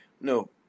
No